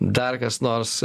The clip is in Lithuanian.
dar kas nors